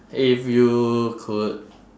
if you could